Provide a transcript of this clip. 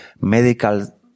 medical